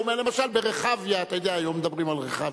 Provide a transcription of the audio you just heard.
למשל ברחביה, אתה יודע, היום מדברים על רחביה,